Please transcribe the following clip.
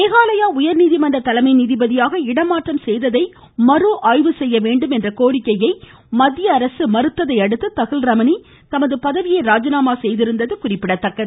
மேகாலயா உய்நீதிமன்ற தலைமை நீதிபதியாக இடமாற்றம் செய்ததை மறுஆய்வு செய்ய வேண்டும் என்ற கோரிக்கையை மத்திய அரசு மறுத்ததையடுத்து தஹில் ரமணி தமது பதவியை ராஜினாமா செய்திருந்தது குறிப்பிடத்தக்கது